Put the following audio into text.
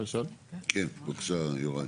בבקשה, יוראי.